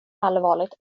allvarligt